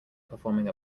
performing